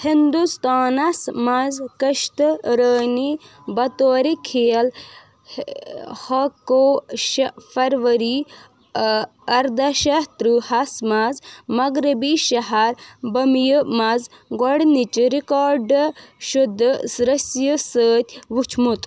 ہندوستانس منٛز کشتہٕ رٲنی بطورِ کھیل ہا کو شےٚ فروری اردہ شیٚتھ تٕرٛہس منٛز مغربی شہر بمبیہِ منٛز گۄڈنچہِ رِکاڈٟ شُدٟ رٔسیس سۭتۍ وُچھمُت